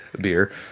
beer